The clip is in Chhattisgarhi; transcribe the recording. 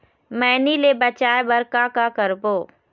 मैनी ले बचाए बर का का करबो?